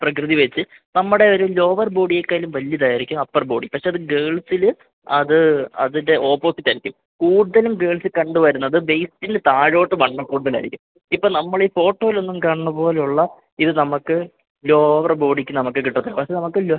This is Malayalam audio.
പ്രകൃതി വെച്ച് നമ്മുടെ ഒരു ലോവർ ബോഡിയെക്കാളും വലുതായിരിക്കും അപ്പർ ബോഡി പക്ഷേ അത് ഗേൾസില് അത് അതിൻ്റെ ഓപ്പോസിറ്റായിരിക്കും കൂടുതലും ഗേൾസില് കണ്ടുവരുന്നത് വെയ്സ്റ്റിന് താഴേക്ക് വണ്ണം കൂടുതലായിരിക്കും ഇപ്പോള് നമ്മളീ ഫോട്ടോയിലൊന്നും കാണുന്നതുപോലെയുള്ള ഇത് നമുക്ക് ലോവർ ബോഡിക്ക് നമുക്ക് കിട്ടില്ല പക്ഷേ നമുക്ക്